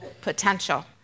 potential